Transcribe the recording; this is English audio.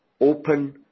open